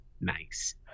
Nice